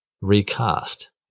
recast